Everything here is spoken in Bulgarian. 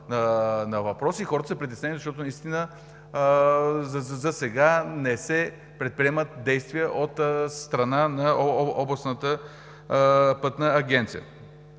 въпрос и хората са притеснени, защото наистина засега не се предприемат действия от страна на Областната пътна агенция.